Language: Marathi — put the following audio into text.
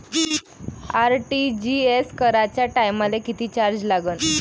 आर.टी.जी.एस कराच्या टायमाले किती चार्ज लागन?